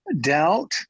doubt